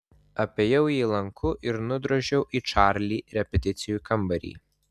apėjau jį lanku ir nudrožiau į čarli repeticijų kambarį